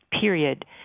period